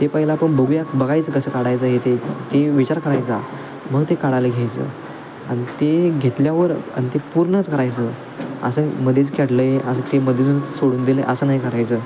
ते पहिलं आपण बघूयात बघायचं कसं काढायचं हे ते की विचार करायचा मग ते काढायला घ्यायचं आहे ते घेतल्यावर आणि ते पूर्णच करायचं असं मध्येच काढलं आहे असं ते मध्येच सोडून दिलं आहे असं नाही करायचं